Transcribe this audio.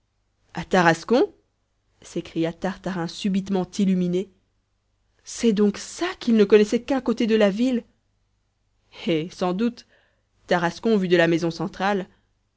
a tarascon s'écria tartarin subitement illuminé c'est donc ça qu'il ne connaissait qu'un côté de la ville hé sans doute tarascon vu de la maison centrale